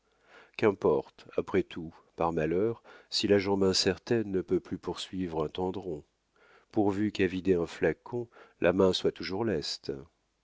qu'importe après tout par malheur si la jambe incertaine ne peut plus poursuivre un tendron pourvu qu'à vider un flacon la main soit toujours leste